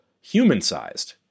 human-sized